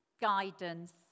guidance